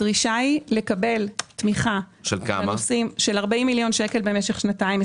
הדרישה היא לקבל תמיכה של 40 מיליון שקל במשך שנתיים.